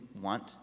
want